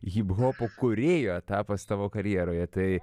hiphopo kūrėjo etapas tavo karjeroje tai